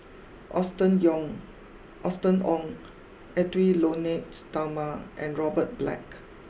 Austen Yong Austen Ong Edwy Lyonet Talma and Robert Black